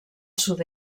sud